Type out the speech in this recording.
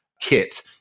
kit